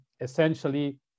essentially